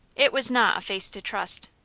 it was not a face to trust.